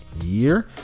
year